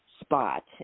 spot